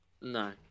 No